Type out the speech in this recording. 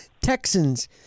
Texans